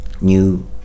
new